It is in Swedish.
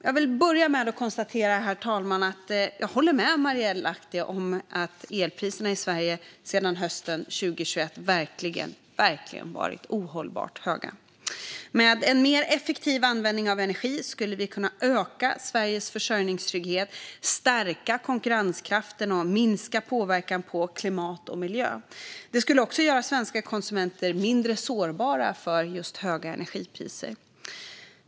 Jag vill börja med att konstatera att jag håller med Marielle Lahti om att elpriserna i Sverige sedan hösten 2021 verkligen har varit ohållbart höga. Med en mer effektiv användning av energi skulle vi kunna öka Sveriges försörjningstrygghet, stärka konkurrenskraften och minska påverkan på klimat och miljö. Detta skulle också göra svenska konsumenter mindre sårbara för höga energipriser.